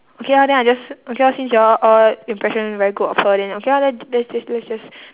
okay lor then I just okay lor since y'all all impression very good of her then okay lor then let's just let's just